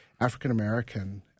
African-American